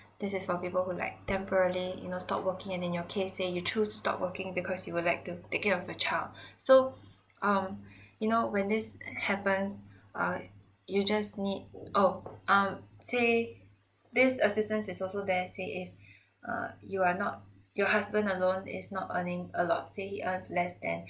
this is for people who like temporary you know stop working and then your case say you choose stop working because you would like to take care of your child so um you know when this happens err you just need [oh um say this assistance is also there say eh err you are not your husband alone is not earning a lot say he earns less than